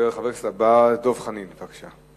חבר הכנסת הבא, דב חנין, בבקשה.